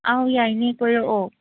ꯑꯧ ꯌꯥꯏꯅꯦ ꯀꯣꯏꯔꯛꯑꯣ